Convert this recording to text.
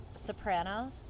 Sopranos